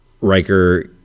Riker